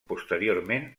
posteriorment